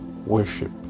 Worship